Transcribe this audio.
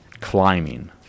climbing